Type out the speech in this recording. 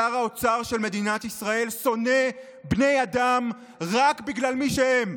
שר האוצר של מדינת ישראל שונא בני אדם רק בגלל מי שהם.